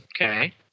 Okay